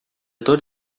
tot